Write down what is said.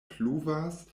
pluvas